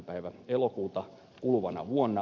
päivänä elokuuta kuluvana vuonna